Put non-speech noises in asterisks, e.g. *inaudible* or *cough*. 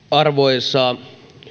*unintelligible* arvoisa